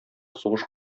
сугыш